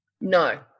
No